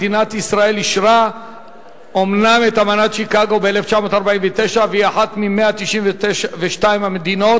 מדינת ישראל אישרה אומנם את אמנת שיקגו ב-1949 והיא אחת מ-192 המדינות